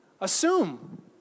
Assume